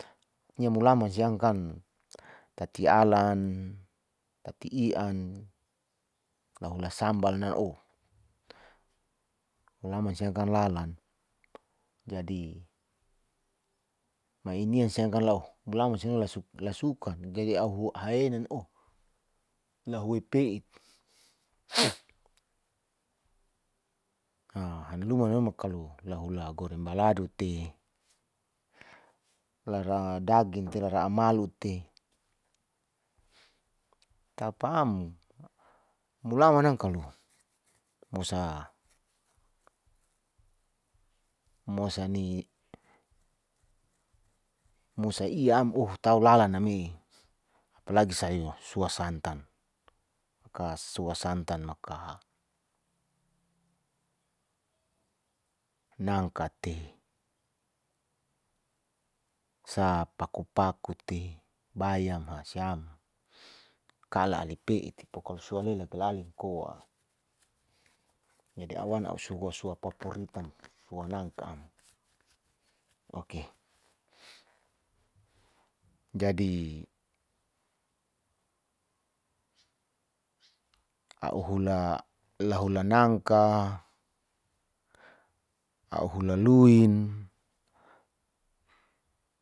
Aa mulam siam kan tatai alan, tati i'an, lahul sambal nan oh mulama siam kan lalan, jadi minian saikan loh mulaman sinola su lasukan jadi a'u ahena oh lahowoi peit, haluman no makalo lahula goreng balado te, lara daging te, lara amalu te, tapa'amu. Mulama ngka kalo mosa ni mosa ia'am oh tau lala name, apa lagi sayu sua santan, maka sua santan maka nangka te, sa paku paku te bayam hasiam, kala ali pe'it pokalo soalele kilali koa. Jdi a'u wan sua suap paporitan sua nangka okeh jadi a'u hula lahula nagka, a'u hula luin.